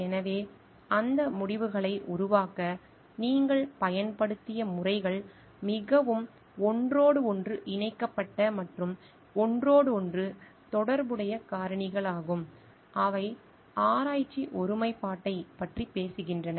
எனவே அந்த முடிவுகளை உருவாக்க நீங்கள் பயன்படுத்திய முறைகள் மிகவும் ஒன்றோடொன்று இணைக்கப்பட்ட மற்றும் ஒன்றோடொன்று தொடர்புடைய காரணிகளாகும் அவை ஆராய்ச்சி ஒருமைப்பாட்டைப் பற்றி பேசுகின்றன